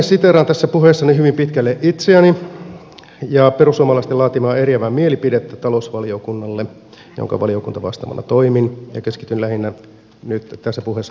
siteeraan tässä puheessani hyvin pitkälle itseäni ja perussuomalaisten laatimaa eriävää mielipidettä talousvaliokunnalle jonka valiokuntavastaavana toimin ja keskityn nyt tässä puheessa lähinnä veroratkaisuihin